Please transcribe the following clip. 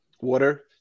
water